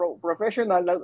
professional